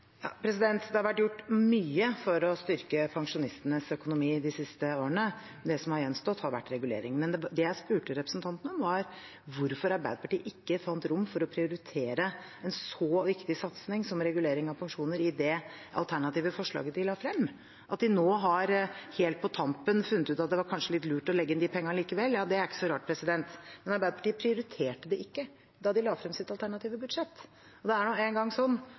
Det har vært gjort mye for å styrke pensjonistenes økonomi de siste årene. Det som har gjenstått, har vært reguleringene. Men det jeg spurte representanten om, var hvorfor Arbeiderpartiet ikke fant rom for å prioritere en så viktig satsing som regulering av pensjoner i det alternative forslaget de la frem. At de nå helt på tampen har funnet ut at det kanskje var litt lurt å legge inn de pengene likevel, er ikke så rart, men Arbeiderpartiet prioriterte det ikke da de la frem sitt alternative budsjett. Det er engang sånn at pensjonsreguleringer koster penger. Jeg har et annet spørsmål også, og det er